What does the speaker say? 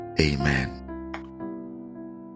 Amen